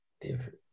different